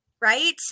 right